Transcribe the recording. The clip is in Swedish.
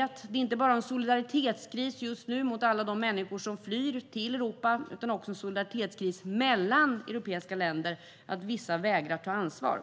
Det är just nu inte bara en solidaritetskris i förhållande till alla de människor som flyr till Europa utan också en solidaritetskris mellan europeiska länder, eftersom vissa vägrar att ta ansvar.